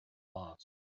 mars